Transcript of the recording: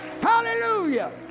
Hallelujah